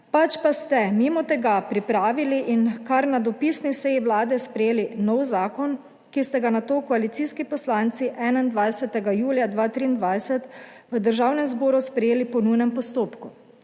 pač pa ste mimo tega pripravili in kar na dopisni seji Vlade sprejeli nov zakon, ki ste ga nato koalicijski poslanci 21. julija 2023 v Državnem zboru sprejeli po nujnem postopku,